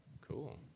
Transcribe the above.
Cool